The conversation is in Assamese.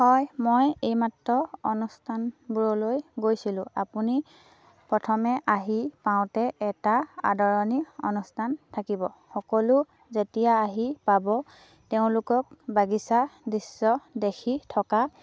হয় মই এইমাত্ৰ অনুষ্ঠানবোৰলৈ গৈছিলোঁ আপুনি প্ৰথমে আহি পাওঁতে এটা আদৰণি অনুষ্ঠান থাকিব সকলো যেতিয়া আহি পাব তেওঁলোকক বাগিচাৰ দৃশ্য দেখি থকা